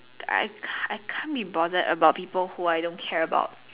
I can't be bothered about people who I don't care about